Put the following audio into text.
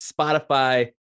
Spotify